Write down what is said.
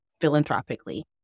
philanthropically